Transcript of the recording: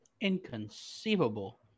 Inconceivable